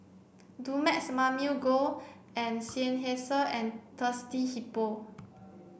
Dumex Mamil Gold Seinheiser and Thirsty Hippo